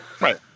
Right